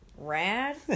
rad